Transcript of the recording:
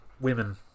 women